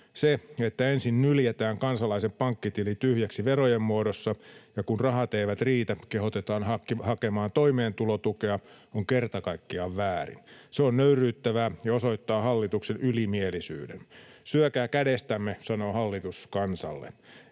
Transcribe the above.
Se, että ensin nyljetään kansalaisen pankkitili tyhjäksi verojen muodossa ja kun rahat eivät riitä, kehotetaan hakemaan toimeentulotukea, on kerta kaikkiaan väärin. Se on nöyryyttävää ja osoittaa hallituksen ylimielisyyden. Syökää kädestämme, sanoo hallitus kansalle.